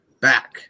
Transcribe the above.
back